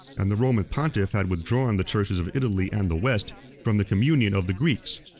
and the roman pontiff had withdrawn the churches of italy and the west from the communion of the greeks.